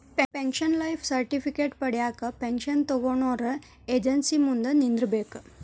pension life certificate ಪಡ್ಯಾಕ pension ತೊಗೊನೊರ agency ಮುಂದ ನಿಂದ್ರಬೇಕ್